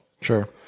Sure